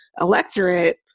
electorate